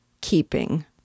keeping